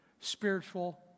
spiritual